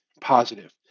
positive